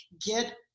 get